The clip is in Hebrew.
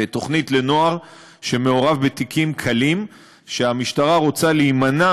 תוכנית לנוער שמעורב בתיקים קלים שהמשטרה רוצה להימנע